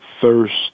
thirst